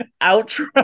outro